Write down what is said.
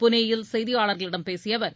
புனேயில் செய்தியாளர்களிடம் பேசிய அவர்